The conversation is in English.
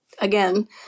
again